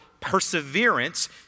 perseverance